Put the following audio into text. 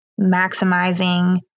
maximizing